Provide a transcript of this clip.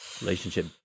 Relationship